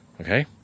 okay